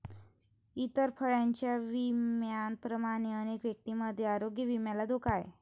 इतर प्रकारच्या विम्यांप्रमाणेच अनेक व्यक्तींमध्ये आरोग्य विम्याला धोका आहे